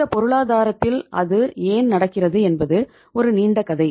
இந்த பொருளாதாரத்தில் அது ஏன் நடக்கிறது என்பது ஒரு நீண்ட கதை